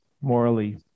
morally